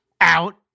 out